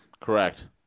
Correct